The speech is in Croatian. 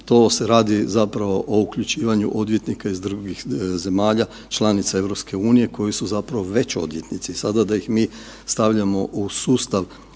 to se radi zapravo o uključivanju odvjetnika iz drugih zemalja članica EU koji su već odvjetnici i sada da ih mi stavljamo u sustav